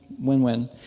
Win-win